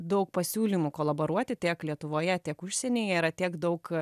daug pasiūlymų kolaboruoti tiek lietuvoje tiek užsienyje yra tiek daug